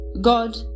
God